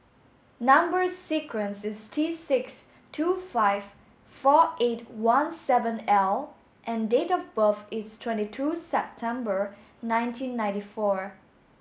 number sequence is T six two five four eight one seven L and date of birth is twenty two September nineteen ninety four